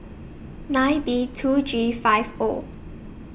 nine B two G five O